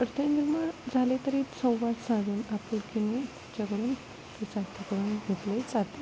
अडथळे निर्माण झाले तरी संवाद साधून आपुलकीने